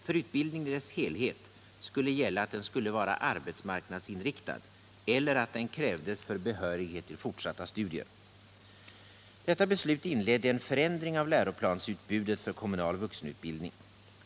För utbildningen i dess helhet skulle gälla att den skulle vara arbetsmarknadsinriktad eller att den krävdes för behörighet till fortsatta studier. vuxenutbildning.